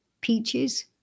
peaches